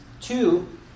Two